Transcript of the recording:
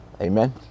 Amen